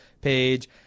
page